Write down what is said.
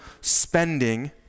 spending